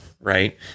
right